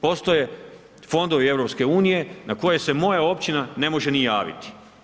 Postoje fondovi EU na koje se moje općina ne može niti javiti.